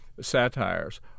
satires